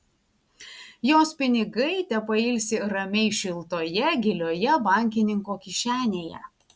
jos pinigai tepailsi ramiai šiltoje gilioje bankininko kišenėje